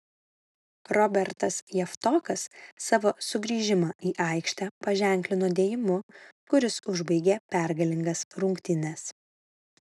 robertas javtokas savo sugrįžimą į aikštę paženklino dėjimu kuris užbaigė pergalingas rungtynes